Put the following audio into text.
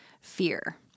fear